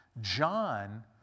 John